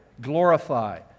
glorify